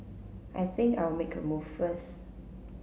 I think I'll make a move first